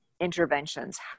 interventions